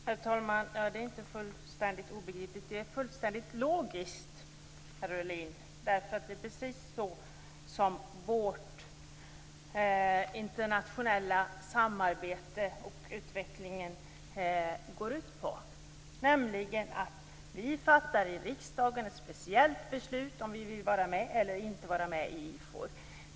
Herr talman! Det är inte alls obegripligt, utan fullständigt logiskt, herr Ahlin! Det är precis vad vårt internationella samarbete går ut på, nämligen att vi i riksdagen skall fatta ett speciellt beslut om vi vill vara med i IFOR eller inte.